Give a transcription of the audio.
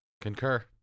Concur